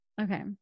Okay